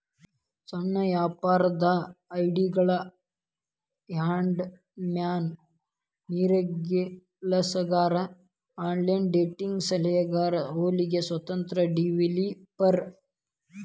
ಸಣ್ಣ ವ್ಯಾಪಾರದ್ ಐಡಿಯಾಗಳು ಹ್ಯಾಂಡಿ ಮ್ಯಾನ್ ಮರಗೆಲಸಗಾರ ಆನ್ಲೈನ್ ಡೇಟಿಂಗ್ ಸಲಹೆಗಾರ ಹೊಲಿಗೆ ಸ್ವತಂತ್ರ ಡೆವೆಲಪರ್